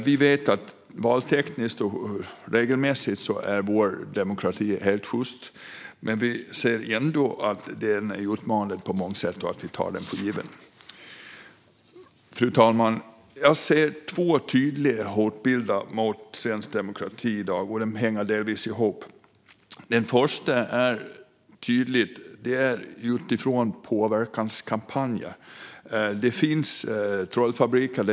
Vi vet att valtekniskt och regelmässigt är vår demokrati helt sjyst. Men vi ser ändå att den är utmanad på många sätt, och vi tar den för given. Fru talman! Jag ser två tydliga hotbilder mot svensk demokrati i dag, och de hänger delvis ihop. Den första är tydlig. Det är utifrån påverkanskampanjer. Vi vet om att det finns trollfabriker.